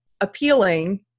appealing